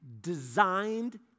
designed